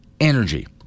energy